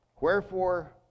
Wherefore